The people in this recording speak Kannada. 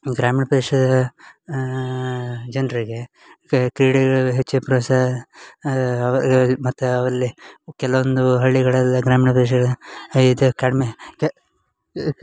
ಗ್ರಾಮೀಣ ಪ್ರದೇಶದ ಜನರಿಗೆ ಕ್ರೀಡೆಗಳಲ್ಲಿ ಹೆಚ್ಚು ಪ್ರೋತ್ಸಾಹ ಮತ್ತು ಅವರಲ್ಲಿ ಕೆಲವೊಂದು ಹಳ್ಳಿಗಳಲ್ಲೇ ಗ್ರಾಮೀಣ ಪ್ರದೇಶದ ಈ ಥರ ಕಡಿಮೆ ಕೆ ಏ ಕೇ